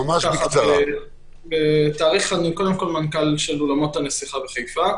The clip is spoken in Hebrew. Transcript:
אני מנכ"ל של אולמות "הנסיכה" בחיפה.